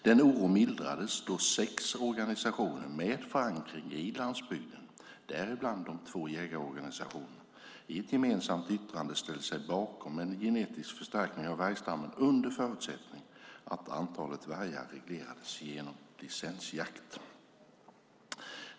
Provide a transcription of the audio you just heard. Den oron mildrades då sex organisationer med förankring i landsbygden, däribland de två jägarorganisationerna, i ett gemensamt yttrande ställde sig bakom en genetisk förstärkning av vargstammen under förutsättning att antalet vargar regleras genom licensjakt.